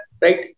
right